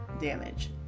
damage